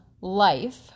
life